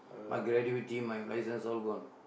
my gratuity my license all gone